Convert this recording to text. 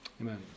Amen